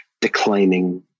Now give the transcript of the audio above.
declining